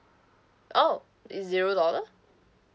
oh it's zero dollar